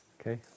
Okay